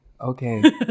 okay